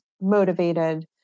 motivated